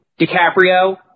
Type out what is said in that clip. DiCaprio